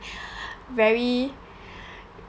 very